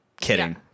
Kidding